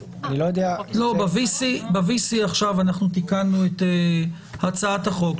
ב-VC אנחנו תיקנו את הצעת החוק,